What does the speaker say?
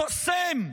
חוסם,